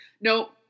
No